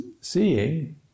seeing